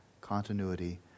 continuity